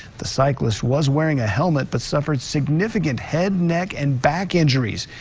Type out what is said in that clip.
the cyclist was wearing a helmet but suffered significant head, neck, and back injuries.